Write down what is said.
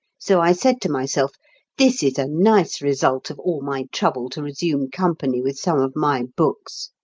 so i said to myself this is a nice result of all my trouble to resume company with some of my books!